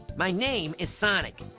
my name is sonic,